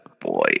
boy